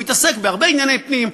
הוא יתעסק בהרבה ענייני פנים,